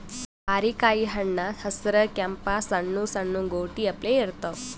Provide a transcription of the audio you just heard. ಬಾರಿಕಾಯಿ ಹಣ್ಣ್ ಹಸ್ರ್ ಕೆಂಪ್ ಸಣ್ಣು ಸಣ್ಣು ಗೋಟಿ ಅಪ್ಲೆ ಇರ್ತವ್